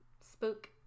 Spook